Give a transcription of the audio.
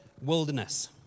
wilderness